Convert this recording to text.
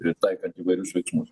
pritaikant įvairius veiksmus